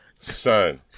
Son